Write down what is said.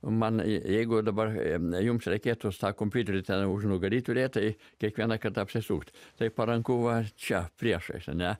manai jeigu dabar jums reikėtų tą kompiuterį ten užnugary turėt tai kiekvieną kartą apsisukt tai paranku va čia priešais ane